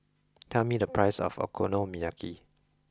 tell me the price of Okonomiyaki